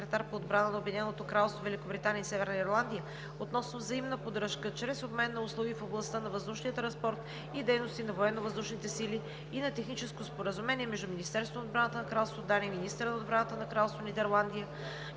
секретар по отбрана на Обединеното кралство Великобритания и Северна Ирландия относно взаимна поддръжка чрез обмен на услуги в областта на въздушния транспорт и дейности на военновъздушните сили (ATARES) и на Техническо споразумение между Министерството на отбраната на кралство Дания, министъра на отбраната на Кралство Нидерландия,